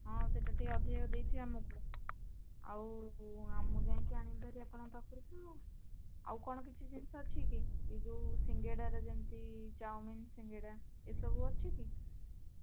ହଁ ସେଇଟା ଟିକିଏ ଅଧିକ ଦେଇଥିବେ ଆମକୁ ଆଉ ମୁଁ ଯାଇକି ଆଣିବି ହେରି ଆପଣଙ୍କ ପାଖରୁ ତ ଆଉ ଆଉ କ'ଣ କିଛି ଜିନିଷ ଅଛି କି ଏ ଯେଉଁ ସିଙ୍ଗଡ଼ାରେ ଯେମିତି ଚାଓମିନ୍ ସିଙ୍ଗଡ଼ା ଏ ସବୁ ଅଛି କି